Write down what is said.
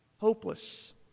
hopeless